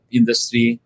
industry